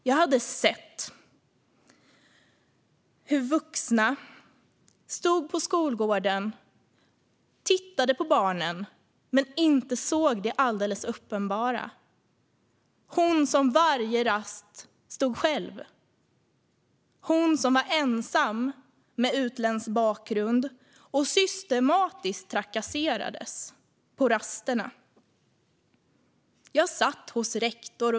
Jag hade sett hur de vuxna stod på skolgården och tittade på barnen men inte såg det alldeles uppenbara: den ensamma flickan med utländsk bakgrund som systematiskt trakasserades på rasterna. Jag satt hos rektor.